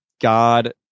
god